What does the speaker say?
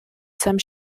some